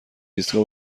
ایستگاه